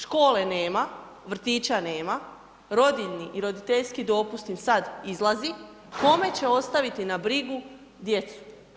Škole nema, vrtića nema, rodiljni i roditeljski dopust im sad izlazi, kome će ostaviti na brigu djecu?